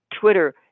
Twitter